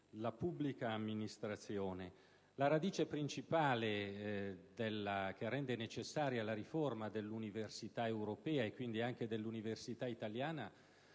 La radice principale che rende necessaria la riforma dell'università europea, e quindi anche di quella italiana,